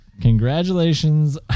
congratulations